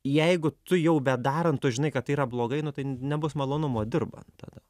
jeigu tu jau bedarant tu žinai kad tai yra blogai nu tai nebus malonumo dirbant tada